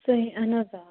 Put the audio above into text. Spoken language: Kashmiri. صحیح اَہَن حظ آ بِلکُل